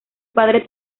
padre